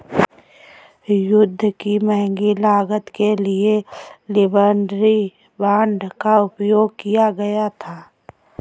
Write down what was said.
युद्ध की महंगी लागत के लिए लिबर्टी बांड का उपयोग किया गया था